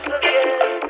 again